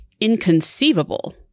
Inconceivable